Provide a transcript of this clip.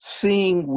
seeing